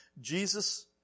Jesus